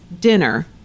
dinner